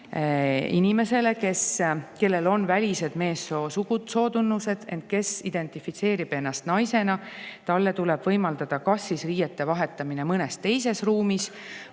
inimesele, kellel on välised meessootunnused, ent kes identifitseerib ennast naisena, tuleb võimaldada kas riiete vahetamine mõnes teises ruumis